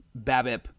BABIP